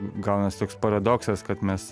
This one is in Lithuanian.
gaunasi toks paradoksas kad mes